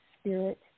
spirit